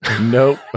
Nope